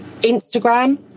Instagram